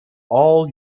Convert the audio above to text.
all